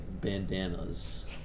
bandanas